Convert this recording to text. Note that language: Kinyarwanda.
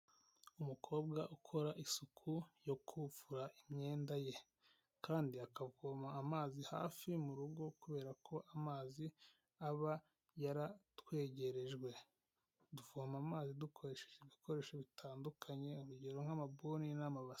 Umukobwa ukora isuku yo gufura imyenda ye, kandi akavoma amazi hafi mu rugo kubera ko amazi aba yaratwegerejwe, tuvoma amazi dukoresheje ibikoresho bitandukanye, urugero nk'amabuni n'amabasi.